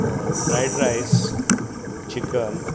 fried rice chicken